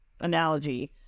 analogy